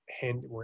hand